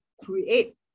create